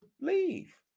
Leave